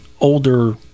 older